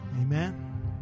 Amen